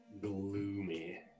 gloomy